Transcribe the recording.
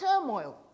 turmoil